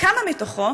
בבקשה.